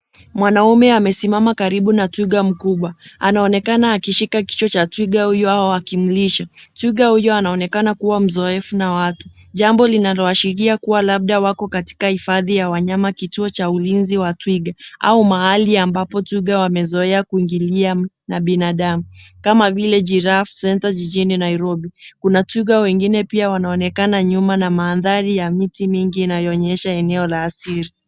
Mwanaume amesimama karibu na twiga mkubwa, anaonekana akishika kichwa cha twiga huyu, au akimlisha. Twiga huyo anaonekana kuwa mzoefu na watu. Jambo linaloashiria kuwa labda wako katika hifadhi ya wanyama kituo cha ulinzi wa twiga, au mahali ambapo twiga wamezoea kuingilia na binadamu, kama vile Giraffe Centre jijini Nairobi. Kuna twiga wengine pia wanaonekana nyuma na mandhari ya miti mingi linaloonyesha eneo la asili.